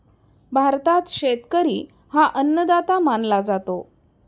भारतात शेतकरी हा अन्नदाता मानला जातो